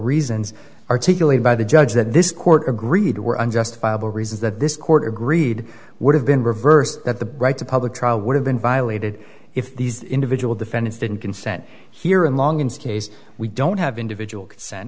reasons articulated by the judge that this court agreed were unjustifiable reasons that this court agreed would have been reversed that the right to public trial would have been violated if these individual defendants didn't consent here in long in skase we don't have individual